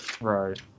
Right